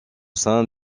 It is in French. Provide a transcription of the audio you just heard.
sein